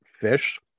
fish